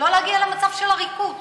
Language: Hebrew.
לא להגיע למצב של עריקות.